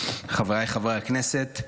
חבריי חברי הכנסת,